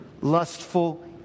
lustful